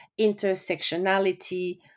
intersectionality